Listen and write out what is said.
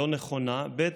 לא נכונה, ב.